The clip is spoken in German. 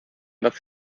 das